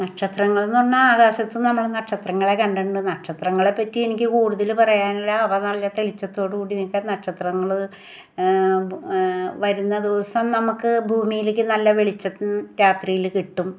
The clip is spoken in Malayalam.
നക്ഷത്രങ്ങൾ എന്ന് പറഞ്ഞാൽ ആകാശത്ത് നമ്മള് നക്ഷത്രങ്ങളെ കണ്ടണ്ട് നക്ഷത്രങ്ങളെപ്പറ്റി എനിക്ക് കൂടുതല് പറയാനില്ല അവ നല്ല തെളിച്ചത്തോട് കൂടി നിൽക്കുന്ന നക്ഷത്രങ്ങള് ബു വരുന്ന ദിവസം നമുക്ക് ഭൂമിയിലേക്ക് നല്ല വെളിച്ചം രാത്രിയിൽ കിട്ടും